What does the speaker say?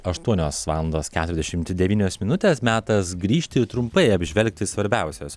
aštuonios valandos keturiasdešim devynios minutės metas grįžti trumpai apžvelgti svarbiausias